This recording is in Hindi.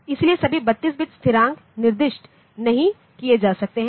इसलिए सभी 32 बिट स्थिरांक निर्दिष्ट नहीं किए जा सकते हैं